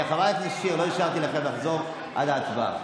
שיוציא ארנק ויתחיל לממן את המשפט.